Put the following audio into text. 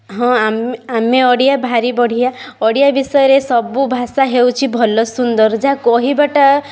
ହଁ ଆମେ ଆମେ ଓଡ଼ିଆ ଭାରି ବଢ଼ିଆ ଓଡ଼ିଆ ବିଷୟରେ ସବୁ ଭାଷା ହେଉଛି ଭଲ ସୁନ୍ଦର ଯାହା କହିବାଟା